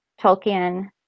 tolkien